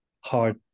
hard